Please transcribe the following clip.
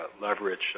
leverage